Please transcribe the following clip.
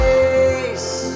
Face